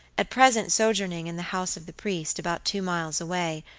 at present sojourning in the house of the priest, about two miles away,